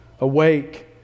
Awake